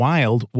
Wild